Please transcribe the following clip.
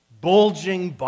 bulging